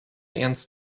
ernst